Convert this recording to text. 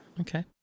Okay